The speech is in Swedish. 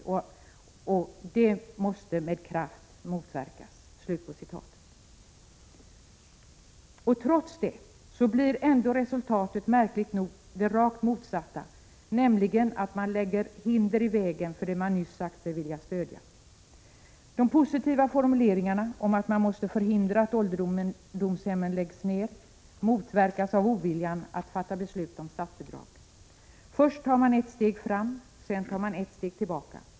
Detta vill utskottet med kraft motverka.” Trots det blev resultatet ändå märkligt nog det rakt motsatta, nämligen att man lägger hinder i vägen för det man nyss sagt sig vilja stödja. De positiva formuleringarna om att man måste förhindra att ålderdomshemmen läggs ned motverkas av oviljan att fatta beslut om statsbidrag. Först tar man ett steg framåt, och sedan tar man ett steg tillbaka.